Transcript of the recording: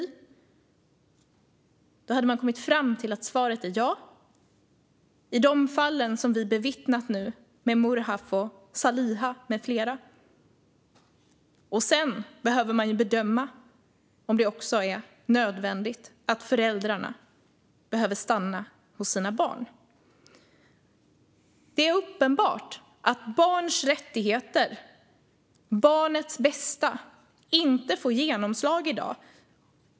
Det svaret hade man kommit fram till i de fall som vi har bevittnat nu: Murhaf och Saliha med flera. Sedan behöver man bedöma om det också är nödvändigt att föräldrarna behöver stanna hos sina barn. Det är uppenbart att barns rättigheter, barnets bästa, inte får genomslag i dag.